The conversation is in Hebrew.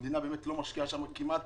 המדינה לא משקיעה שם כמעט